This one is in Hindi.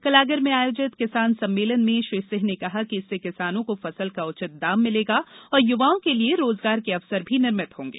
कल आगर में आयोजित किसान सम्मेलन में श्री सिंह ने कहा कि इससे किसानों को फसल का उचित दाम मिलेगा और युवाओं के लिए रोजगार के अवसर भी निर्मित होंगे